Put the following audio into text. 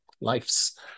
life's